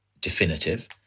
definitive